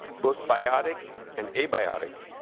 both biotic and abiotic,